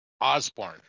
Osborne